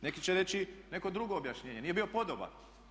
Neki će reći neko drugo objašnjenje nije bio podoban.